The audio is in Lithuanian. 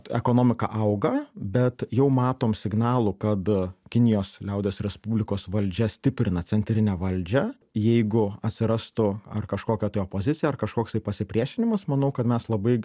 ekonomika auga bet jau matom signalų kad kinijos liaudies respublikos valdžia stiprina centrinę valdžią jeigu atsirastų ar kažkokia tai opozicija ar kažkoks tai pasipriešinimas manau kad mes labai